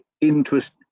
interest